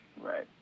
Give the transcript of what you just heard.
Right